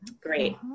Great